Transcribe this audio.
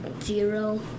Zero